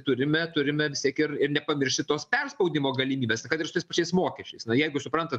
turime turime vis tiek ir ir nepamiršti tos perspaudimo galimybės kad ir su tais pačiais mokesčiais na jeigu suprantat